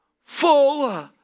full